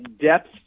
depth